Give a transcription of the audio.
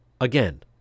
again